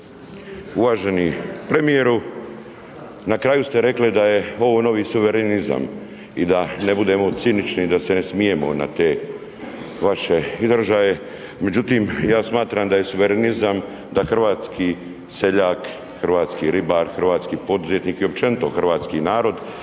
Uvaženi premijeru na kraju ste rekli da je ovo novi suverenizam i da ne budemo cinični da se ne smijemo na te vaše izražaje, međutim ja smatram da je suverenizam da hrvatski seljak, hrvatski ribar, hrvatski poduzetnik i općenito hrvatski narod